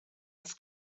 ins